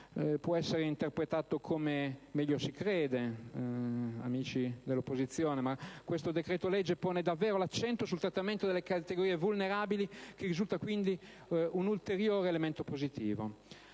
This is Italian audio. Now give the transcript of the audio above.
Può essere interpretato come meglio si crede, amici dell'opposizione, ma questo decreto-legge pone davvero l'accento sul trattamento delle categorie vulnerabili, che risulta quindi un ulteriore elemento positivo.